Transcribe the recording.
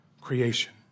Creation